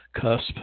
cusp